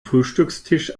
frühstückstisch